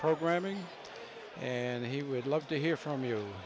programming and he would love to hear from you